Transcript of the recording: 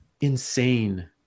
insane